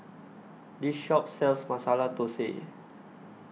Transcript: This Shop sells Masala Thosai